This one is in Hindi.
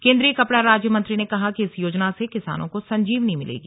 केन्द्रीय कपड़ा राज्यमंत्री ने कहा कि इस योजना से किसानों को संजीवनी मिलेगी